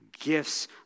gifts